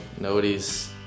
nobody's